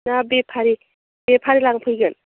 दा बेफारि बेफारि लांफैगोन